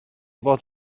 fod